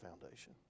foundation